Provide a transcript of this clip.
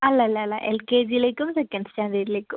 അല്ല അല്ല അല്ല എൽ കെ ജി യിലേക്കും സെക്കൻഡ് സ്റ്റാൻഡേർഡിലേക്കും